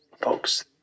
folks